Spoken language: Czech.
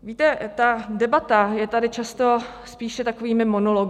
Víte, ta debata je tady často spíše takovými monology.